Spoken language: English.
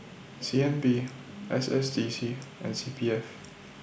C N B S S D C and C P F